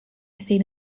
seen